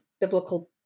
biblical